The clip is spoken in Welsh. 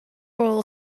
rôl